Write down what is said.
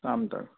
شام تک